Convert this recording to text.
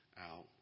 out